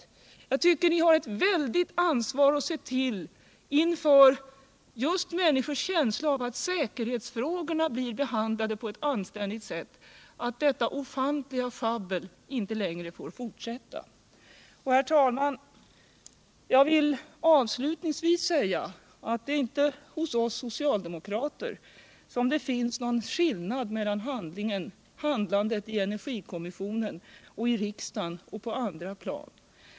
Ni har ett väldigt ansvar för att se till, med tanke på människors rätt att kräva att säkerhetsfrågorna blir behandlade på ett anständigt sätt, att detta ofantliga schabbel inte längre får fortsätta. Herr talman! Jag vill avslutningsvis säga att det inte är hos oss socialdemokrater som det finns någon skillnad mellan handlandet i energikommissionen och handlandet i riksdagen och på andra platser.